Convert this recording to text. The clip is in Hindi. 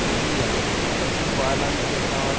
जी हाँ पशुपालन के साथ